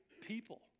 people